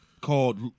called